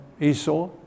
Esau